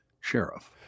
sheriff